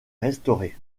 restaurée